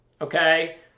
okay